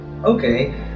okay